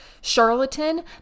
charlatan